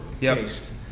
taste